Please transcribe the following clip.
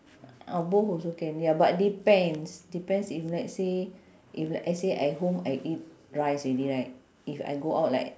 oh both also can ya but depends depends if let's say if let's say at home I eat rice already right if I go out like